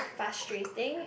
frustrating